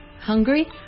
hungry